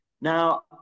Now